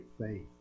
faith